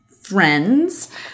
friends